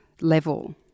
level